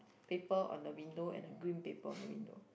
paper on the window and a green paper on the window